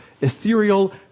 ethereal